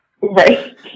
Right